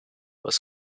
was